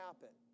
happen